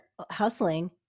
hustling